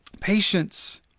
patience